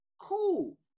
cool